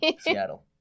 Seattle